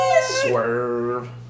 Swerve